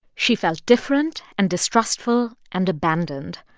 she felt different and distrustful and abandoned.